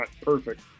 perfect